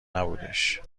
نبودش